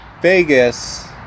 vegas